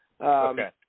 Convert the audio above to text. Okay